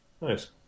Nice